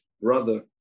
brother